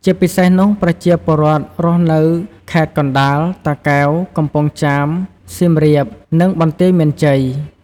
ជាពិសេសនោះប្រជាពលរដ្ឋរស់នៅខេត្តកណ្តាល តាកែវ កំពង់ចាម សៀមរាប និងបន្ទាយមានជ័យ។